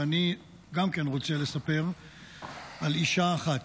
ואני רוצה לספר על אישה אחת,